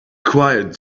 quiet